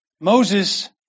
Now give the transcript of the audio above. Moses